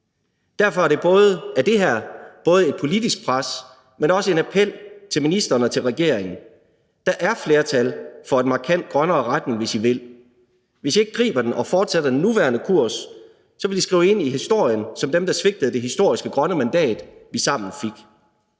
Derfor er det her både et politisk pres, men også en appel til ministeren og regeringen: Der er flertal for en markant grønnere retning, hvis I vil. Hvis I ikke griber den mulighed og fortsætter den nuværende kurs, så bliver I skrevet ind i historien som dem, der svigtede det historiske grønne mandat, vi sammen fik.